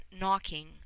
knocking